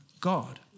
God